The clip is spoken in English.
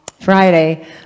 Friday